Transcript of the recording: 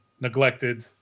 neglected